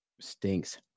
Stinks